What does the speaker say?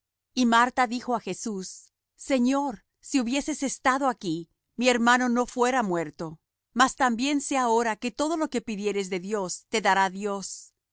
y marta dijo á jesús señor si hubieses estado aquí mi hermano no fuera muerto mas también sé ahora que todo lo que pidieres de dios te dará dios